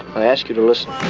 i ask you to listen.